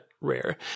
rare